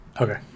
Okay